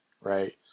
Right